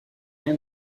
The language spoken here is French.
rien